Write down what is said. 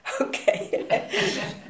okay